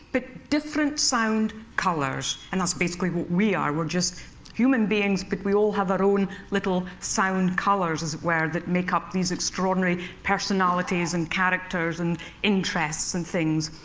but different sound colors. and that's basically what we are we're just human beings, but we all have our own little sound colors, as it were, that make up these extraordinary personalities and characters and interests and things.